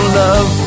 love